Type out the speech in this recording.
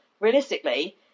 realistically